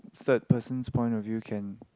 third person point of view can